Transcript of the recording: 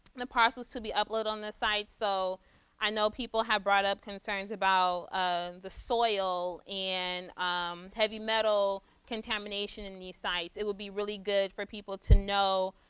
the parcels to be uploaded on this site. so i know people have brought up concerns about um the soil and um heavy metal contamination in these sites. it would be really good for people to know